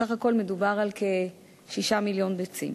סך הכול מדובר על כ-6 מיליון ביצים.